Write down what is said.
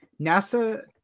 NASA